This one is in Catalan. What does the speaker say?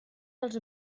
dels